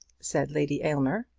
said lady aylmer.